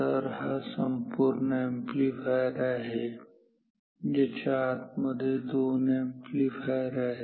तऱ् हा संपूर्ण अॅम्प्लीफायर आहे ज्याच्या आत मध्ये दोन अॅम्प्लीफायर आहेत